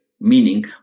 meaning